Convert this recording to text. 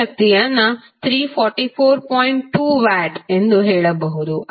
2 watt ಎಂದು ಹೇಳಬಹುದು